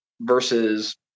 versus